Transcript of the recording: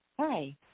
Hi